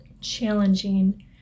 challenging